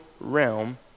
realm